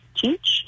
teach